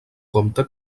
compte